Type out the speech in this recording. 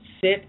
sit